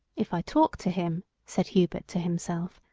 if i talk to him, said hubert to himself,